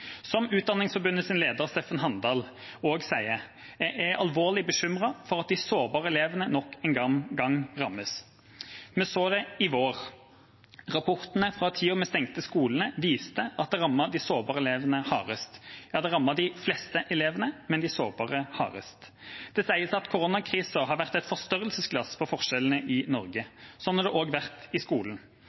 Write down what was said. leder Steffen Handal sier at han er alvorlig bekymret for at de sårbare elevene nok en gang rammes. Vi så det i vår. Rapportene fra tida da vi stengte skolene, viste at det rammer de sårbare elevene hardest. Ja, det rammer de fleste elevene, men de sårbare hardest. Det sies at koronakrisa har vært et forstørrelsesglass for forskjellene i Norge. Slik har det også vært i skolen.